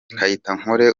kayitankore